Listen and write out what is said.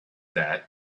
that